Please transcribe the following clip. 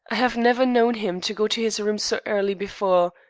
i have never known him to go to his room so early before.